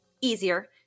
easier